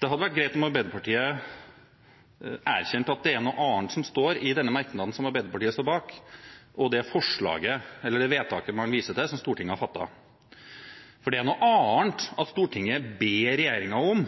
Det hadde vært greit om Arbeiderpartiet erkjente at det er noe annet som står i denne merknaden som Arbeiderpartiet står bak, og det vedtaket man viste til, som Stortinget har fattet. For det er noe annet at Stortinget ber regjeringen om